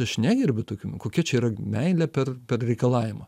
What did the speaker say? aš negerbiu tokių nu kokia čia yra meilė per per reikalavimą